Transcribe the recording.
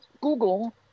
Google